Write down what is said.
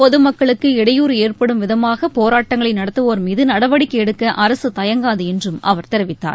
பொதுமக்களுக்கு இடையூறு ஏற்படும் விதமாக போராட்டங்களை நடத்துவோர் மீது நடவடிக்கை எடுக்க அரசு தயங்காது என்று அவர் தெரிவித்தார்